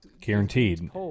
guaranteed